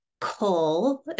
coal